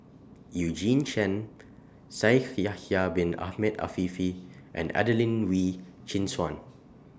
Eugene Chen Shaikh Yahya Bin Ahmed Afifi and Adelene Wee Chin Suan